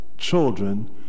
children